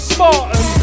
Spartan